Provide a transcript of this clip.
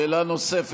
שאלה נוספת,